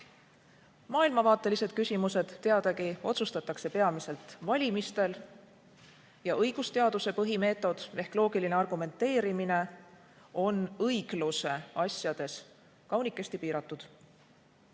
Maailmavaatelised küsimused, teadagi, otsustatakse peamiselt valimistel. Ja õigusteaduse põhimeetod ehk loogiline argumenteerimine on õigluse asjades kaunikesti piiratud.